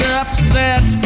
upset